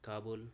Kabul